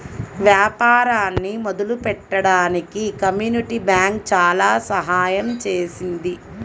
వ్యాపారాన్ని మొదలుపెట్టడానికి community bank చాలా సహాయం చేసింది